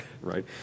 right